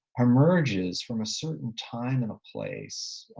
emerges from a certain time and place,